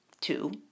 two